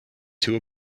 two